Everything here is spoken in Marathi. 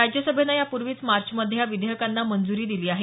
राज्यसभेनं यापूर्वीच मार्चमध्ये या विधेयकांना मंजूरी दिली आहे